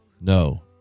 No